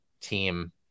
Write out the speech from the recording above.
team